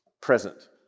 present